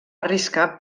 arriscar